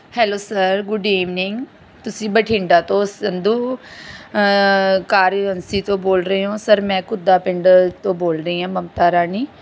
hello sir good evening ਤੁਸੀਂ ਬਠਿੰਡਾ ਤੋਂ Sandhu car agency ਤੋਂ ਬੋਲ ਰਹੇ ਹੋ ਸਰ ਮੈਂ ਘੁੱਦਾ ਪਿੰਡ ਤੋਂ ਬੋਲ ਰਹੀ ਹਾਂ ਮਮਤਾ ਰਾਣੀ